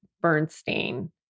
Bernstein